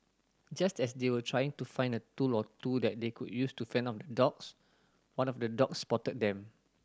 just as they were trying to find a tool or two that they could use to fend off the dogs one of the dogs spotted them